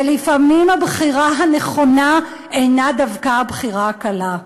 ולפעמים הבחירה הנכונה אינה דווקא הבחירה הקלה.